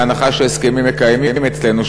בהנחה שהסכמים מקיימים אצלנו,